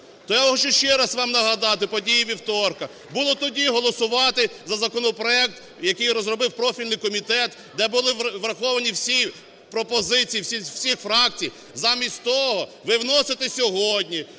То я хочу ще раз вам нагадати події вівторка. Було тоді голосувати за законопроект, який розробив профільний комітет, де були враховані всі пропозиції всіх фракції. Замість того ви вносите сьогодні,